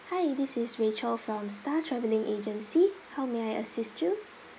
hi this is rachel from star travelling agency how may I assist you